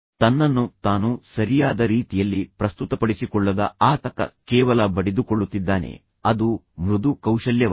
ತನ್ನನ್ನು ತಾನು ಸರಿಯಾದ ರೀತಿಯಲ್ಲಿ ಪ್ರಸ್ತುತಪಡಿಸಿಕೊಳ್ಳದ ಆತ ಕೇವಲ ಬಡಿದುಕೊಳ್ಳುತ್ತಿದ್ದಾನೆ ಅದು ಮೃದು ಕೌಶಲ್ಯವಲ್ಲ